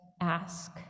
ask